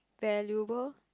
valuable